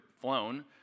flown